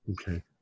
Okay